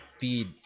feed